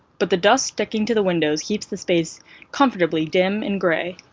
but the dust sticking to the windows keeps the space comfortably dim and gray.